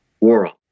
world